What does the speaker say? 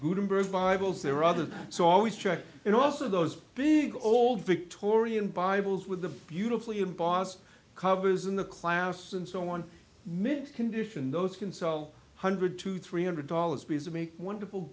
gutenberg bibles there are others so always check in also those big old victorian bibles with the beautifully embossed covers in the class and so on mint condition those can sell hundred to three hundred dollars apiece to make wonderful